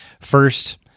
First